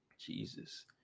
Jesus